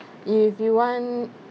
if you want